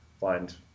find